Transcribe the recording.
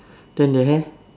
then the hair